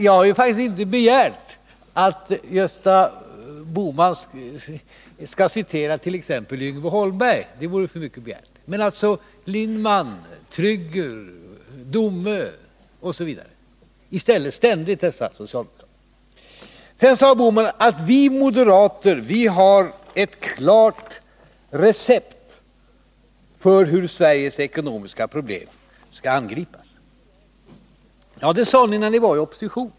Jag har faktiskt inte begärt att Gösta Bohman skall citera t.ex. Yngve Holmberg — det vore för mycket begärt. Men Lindman, Trygger, Domö osv. kunde väl citeras i stället för, som ständigt är fallet, dessa socialdemokrater. Vidare sade herr Bohman: Vi moderater har ett klart recept på hur Sveriges ekonomiska problem skall angripas. Ja, det sade ni när ni var i opposition.